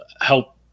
help